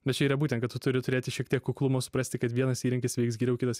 bet čia yra būtent kad tu turi turėti šiek tiek kuklumo suprasti kad vienas įrankis veiks geriau kitas